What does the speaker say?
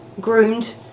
groomed